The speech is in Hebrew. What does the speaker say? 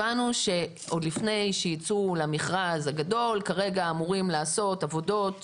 הבנו שעוד לפני שיצאו למכרז הגדול כרגע אמורים לעשות עבודות